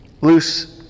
Loose